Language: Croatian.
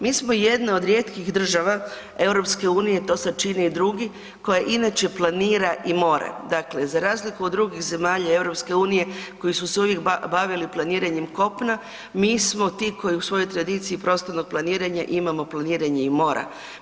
Mi smo jedna od rijetkih država EU to sada čine i drugi, koja inače planira i more, dakle za razliku od drugih zemalja EU koji su se uvijek bavili planiranjem kopna, mi smo ti koji u svojoj tradiciji prostornog planiranja imamo i planiranje mora.